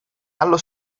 allo